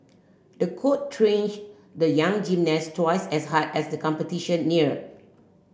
the coach trained the young gymnast twice as hard as the competition neared